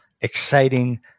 exciting